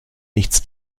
nichts